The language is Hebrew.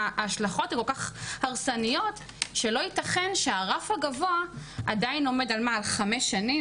ההשלכות הן כל כך הרסניות שלא ייתכן שהרף הגבוה עדיין עומד על חמש שנים.